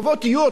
הלוואי,